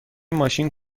ماشین